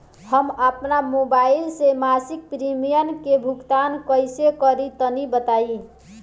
हम आपन मोबाइल से मासिक प्रीमियम के भुगतान कइसे करि तनि बताई?